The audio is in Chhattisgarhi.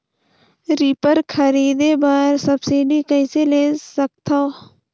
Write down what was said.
रीपर खरीदे बर सब्सिडी कइसे ले सकथव?